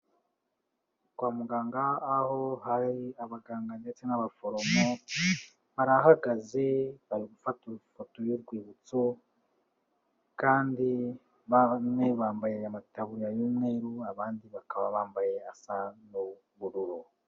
Kwa muganga aho hari abaganga ndetse n'abaforomo, barahagaze bari gufata ifoto y'urwibutso, kandi bamwe bambaye amataburiya y'umweru abandi bakaba bambaye asa n'ubururu.